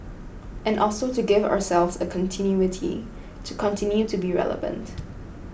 and also to give ourselves a continuity to continue to be relevant